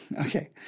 Okay